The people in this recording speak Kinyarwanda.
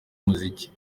umuziki